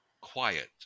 quiet